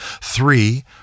three